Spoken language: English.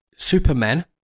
supermen